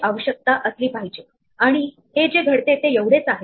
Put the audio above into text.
एक मनोरंजक वैशिष्ट्य म्हणजेच स्ट्रिंग स्वतः कॅरेक्टर्स ची लिस्ट आहे